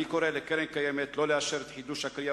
אני קורא לקרן הקיימת שלא לאשר את חידוש הכרייה